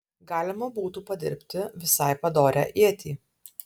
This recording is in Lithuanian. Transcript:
galima būtų padirbti visai padorią ietį